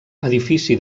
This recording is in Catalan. edifici